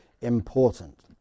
important